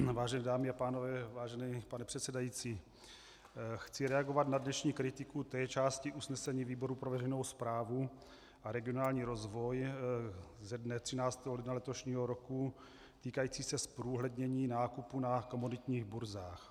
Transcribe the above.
Vážené dámy a pánové, vážený pane předsedající, chci reagovat na dnešní kritiku té části usnesení výboru pro veřejnou správu a regionální rozvoj ze dne 13. ledna letošního roku týkající se zprůhlednění nákupu na komoditních burzách.